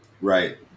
right